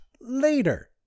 later